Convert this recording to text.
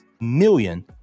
million